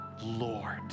Lord